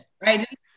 right